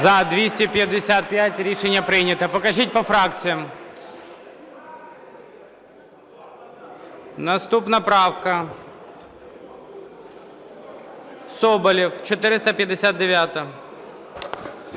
За-255 Рішення прийнято. Покажіть по фракціях. Наступна правка, Соболєв, 459-а.